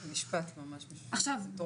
שנייה.